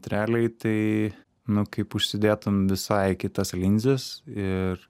realiai tai nu kaip užsidėtum visai kitas linzes ir